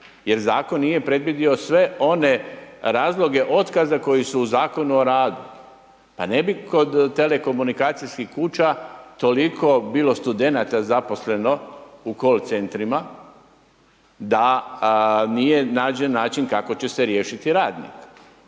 jer zakon nije predvidio sve one razloge otkaza koji su u Zakonu o radu. Pa ne bi kod telekomunikacijskih kuća toliko bilo studenata zaposleno u call centrima da nije nađen način kako će se riješiti radnik.